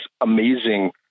amazing